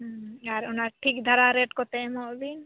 ᱟᱨ ᱚᱱᱟ ᱴᱷᱤᱠ ᱫᱷᱟᱨᱟ ᱨᱮᱴ ᱠᱚᱛᱮ ᱮᱢᱚᱜ ᱵᱤᱱ